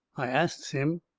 i asts him.